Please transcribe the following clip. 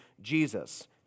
Jesus